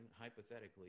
hypothetically